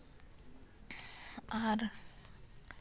ᱟᱨ